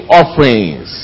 offerings